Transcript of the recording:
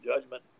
judgment